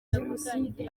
jenoside